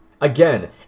Again